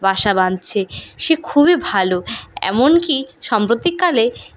বাসা বাঁধছে সে খুবই ভালো এমন কি সাম্প্রতিককালে